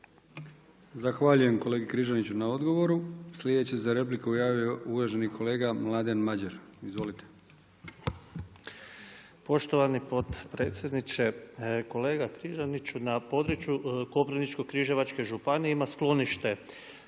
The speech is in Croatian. Zahvaljujem kolegi Križaniću na odgovoru. Sljedeća za repliku javio uvaženi kolega Mladen Madjer. Izvolite. **Madjer, Mladen (HSS)** Poštovani potpredsjedniče. Kolega Križaniću, na području Koprivničko križevačke županije ima sklonište